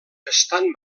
estan